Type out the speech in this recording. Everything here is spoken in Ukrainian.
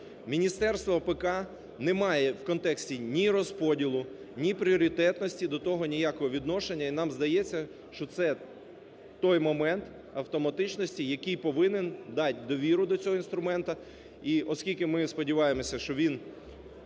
Міністерство АПК не має в контексті ні розподілу, ні пріоритетності до того ніякого відношення. І нам здається, що це той момент автоматичності, який повинен дати довіру до цього інструменту. І оскільки ми сподіваємося, що він